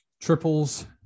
Triples